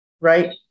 right